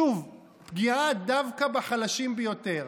שוב, פגיעה דווקא בחלשים ביותר.